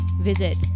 visit